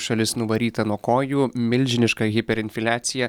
šalis nuvaryta nuo kojų milžiniška hiperinfliacija